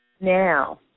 now